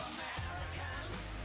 Americans